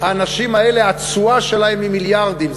האנשים האלה, התשואה שלהם היא מיליארדים.